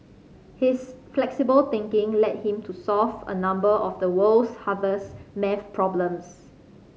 his flexible thinking led him to solve a number of the world's hardest maths problems